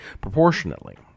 proportionately